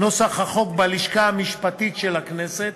נוסח החוק בלשכה המשפטית של הכנסת,